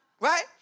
Right